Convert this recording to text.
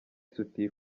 isutiye